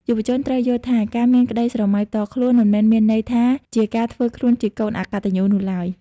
យុវជនត្រូវយល់ថា ការមានក្តីស្រមៃផ្ទាល់ខ្លួន មិនមែនមានន័យថាជាការធ្វើខ្លួនជាកូន "អកតញ្ញូ" នោះឡើយ។